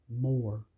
more